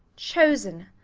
chosen.